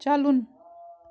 چَلُن